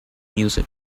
music